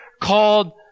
called